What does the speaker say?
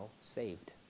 saved